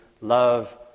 love